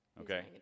Okay